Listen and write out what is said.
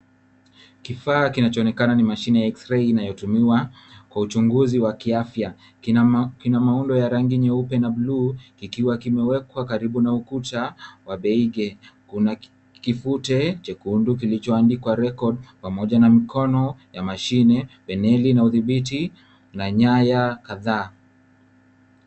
Kifaa kinachoonekana ni mashine ya x-ray inayotumiwa kwa uchunguzi wa kiafya. Kina maundo ya rangi nyeupe na bluu kikiwa kimewekwa karibu na ukuta wa beige . Kuna kifute chekundu kilichoandikwa record pamoja na mkono ya mashine, veneli na udhibiti na nyaya kadhaa.